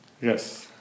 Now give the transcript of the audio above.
Yes